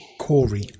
Corey